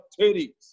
titties